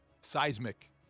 seismic